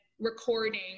recording